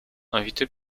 invitée